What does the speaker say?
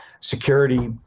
security